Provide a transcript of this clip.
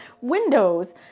windows